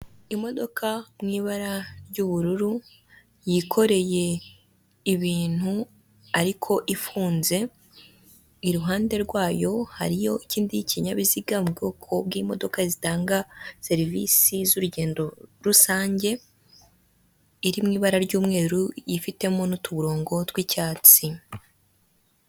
Ni akazu ka emutiyene k'umuhondo, kariho ibyapa byinshi mu bijyanye na serivisi zose za emutiyene, mo imbere harimo umukobwa, ubona ko ari kuganira n'umugabo uje kumwaka serivisi.